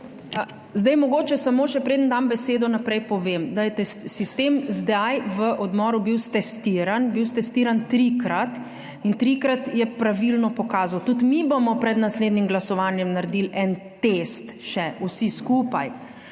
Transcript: Zdaj mogoče samo še, preden dam besedo naprej, povem, da je sistem zdaj v odmoru bil stestiran, bil je stestiran trikrat in trikrat je pravilno pokazal. Tudi mi bomo pred naslednjim glasovanjem naredili en test še vsi skupaj.